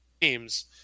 teams